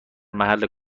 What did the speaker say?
محل